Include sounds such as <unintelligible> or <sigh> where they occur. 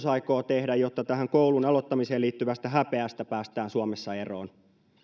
<unintelligible> aikoo tehdä jotta tähän koulun aloittamiseen liittyvästä häpeästä päästään suomessa eroon